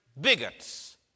bigots